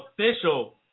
official